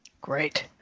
Great